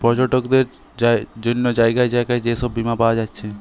পর্যটকদের জন্যে জাগায় জাগায় যে সব বীমা পায়া যাচ্ছে